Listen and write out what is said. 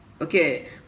okay